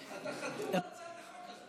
אתה חתום על הצעת החוק הזו.